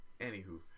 Anywho